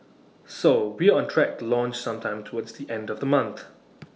so we're on track to launch sometime towards the end of the month